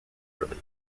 relief